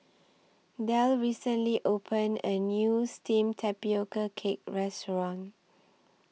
Delle recently opened A New Steamed Tapioca Cake Restaurant